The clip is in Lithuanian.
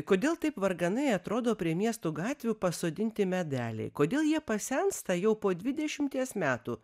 kodėl taip varganai atrodo prie miesto gatvių pasodinti medeliai kodėl jie pasensta jau po dvidešimies metų